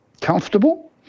comfortable